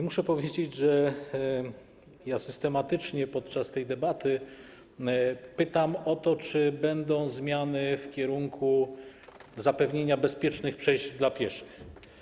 Muszę powiedzieć, że systematycznie podczas tej debaty pytam o to, czy będą zmiany w kierunku zapewnienia bezpiecznych przejść dla pieszych.